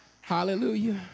Hallelujah